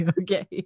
okay